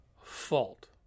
fault